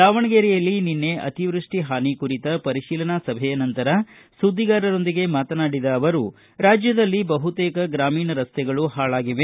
ದಾವಣಗೆರೆಯಲ್ಲಿ ನಿನ್ನೆ ಅತಿವೃಷ್ಟಿ ಹಾನಿ ಕುರಿತ ಪರಿಶೀಲನಾ ಸಭೆಯ ನಂತರ ಸುದ್ದಿಗಾರರೊಂದಿಗೆ ಮಾತನಾಡಿದ ಅವರು ರಾಜ್ಯದಲ್ಲಿ ಬಹುತೇಕ ಗ್ರಾಮೀಣ ರಸ್ತೆಗಳು ಹಾಳಾಗಿವೆ